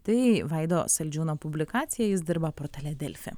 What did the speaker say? tai vaido saldžiūno publikacija jis dirba portale delfi